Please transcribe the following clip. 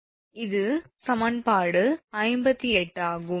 இது சமன்பாடு 58 ஆகும்